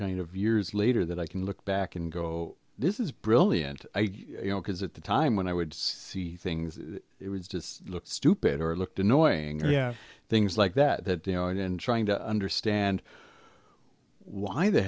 kind of years later that i can look back and go oh this is brilliant you know because at the time when i would see things it was just look stupid or looked annoying yeah things like that that you know it in trying to understand why the